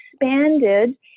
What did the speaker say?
expanded